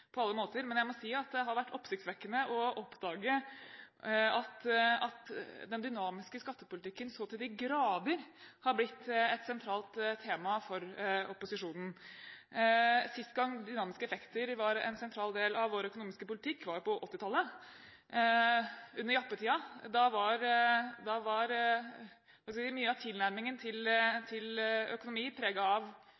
på alle måter – men jeg må si at det har vært oppsiktsvekkende å oppdage at den dynamiske skattepolitikken så til de grader har blitt et sentralt tema for opposisjonen. Siste gang dynamiske effekter var en sentral del av vår økonomiske politikk, var på 1980-tallet, under jappetiden. Da var mye av tilnærmingen til økonomi preget av